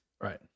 Right